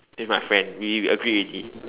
with my friend we agreed already